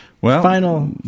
Final